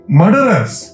murderers